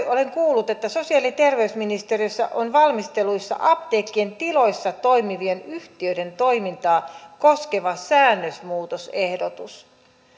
olen kuullut että sosiaali ja terveysministeriössä on valmistelussa apteekkien tiloissa toimivien yhtiöiden toimintaa koskeva säännösmuutosehdotus